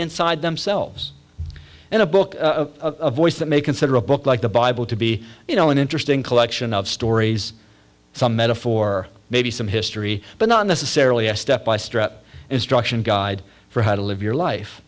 inside themselves and a book a voice that may consider a book like the bible to be you know an interesting collection of stories some metaphor maybe some history but not necessarily a step by step instruction guide for how to live your